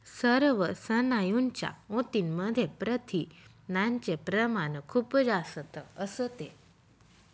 सर्व स्नायूंच्या ऊतींमध्ये प्रथिनांचे प्रमाण खूप जास्त असते